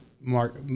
mark